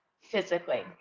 physically